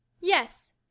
Yes